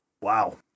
Wow